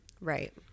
right